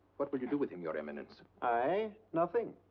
what will you do with him, your eminence? i? nothing.